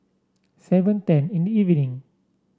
seven ten in the evening